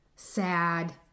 Sad